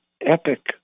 epic